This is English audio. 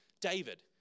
David